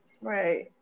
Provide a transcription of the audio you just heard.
Right